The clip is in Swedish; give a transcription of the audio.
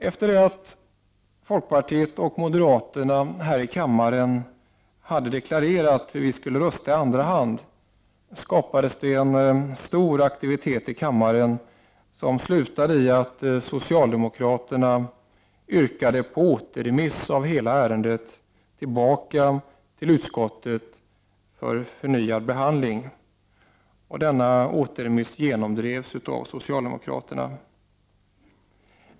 Efter att folkpartiet och moderaterna hade deklarerat hur vi skulle rösta i andra hand, skapades en stor aktivitet i kammaren som slutade med att socialdemokraterna yrkade på återremiss av hela ärendet tillbaka till utskottet för förnyad behandling. Denna återremiss genomdrevs av socialdemokraterna.